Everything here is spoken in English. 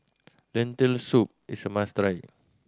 Lentil Soup is a must try